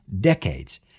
decades